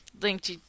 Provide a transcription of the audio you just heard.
Linked